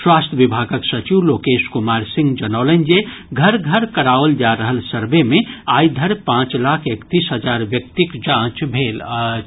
स्वास्थ्य विभागक सचिव लोकेश कुमार सिंह जनौलनि जे घर घर कराओल जा रहल सर्वे मे आइ धरि पांच लाख एकतीस हजार व्यक्तिक जांच भेल अछि